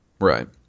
Right